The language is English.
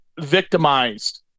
victimized